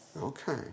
Okay